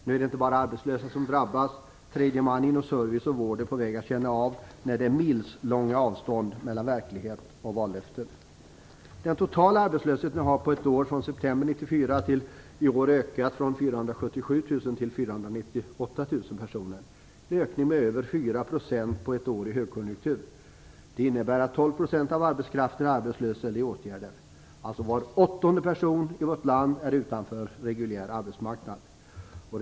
Nu är det inte bara arbetslösa som drabbas, utan inom service och vård kommer tredje man att få känna av de milslånga avstånden mellan verklighet och vallöften. Den totala arbetslösheten har på ett år, från september 1994 till september i år, ökat från 477 000 till 498 000 personer. Det är en ökning med över 4 % på ett år i en högkonjunktur. Det innebär att 12 % av arbetskraften är arbetslös eller i åtgärder. Var åttonde person i vårt land står alltså utanför den reguljära arbetsmarknaden.